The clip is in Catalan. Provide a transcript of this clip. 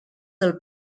del